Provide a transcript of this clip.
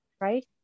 right